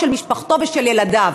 של משפחתו ושל ילדיו.